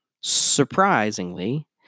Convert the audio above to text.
Surprisingly